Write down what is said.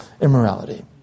immorality